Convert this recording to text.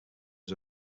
was